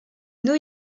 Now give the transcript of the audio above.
new